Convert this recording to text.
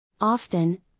Often